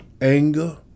anger